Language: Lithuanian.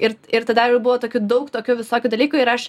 ir ir tada ir buvo tokių daug tokių visokių dalykų ir aš